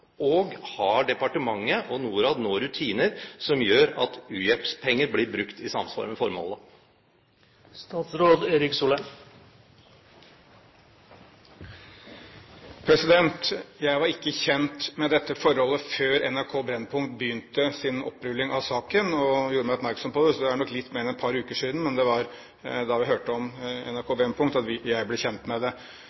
Og har departementet og Norad nå rutiner som gjør at u-hjelpspenger blir brukt i samsvar med formålet? Jeg var ikke kjent med dette forholdet før NRK Brennpunkt begynte sin opprulling av saken og gjorde meg oppmerksom på det, og det er nok litt mer enn et par uker siden. Men det var da vi hørte om NRK